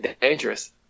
dangerous